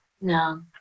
no